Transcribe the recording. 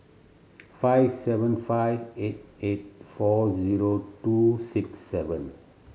five seven five eight eight four zero two six seven